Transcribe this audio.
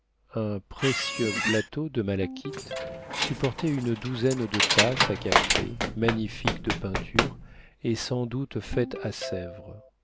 un précieux plateau de malachite supportait une douzaine de tasses à café magnifiques de peinture et sans doute faites à sèvres